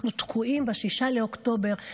אנחנו תקועים ב-6 באוקטובר.